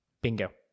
Bingo